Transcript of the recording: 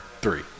three